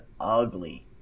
ugly